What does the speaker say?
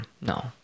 No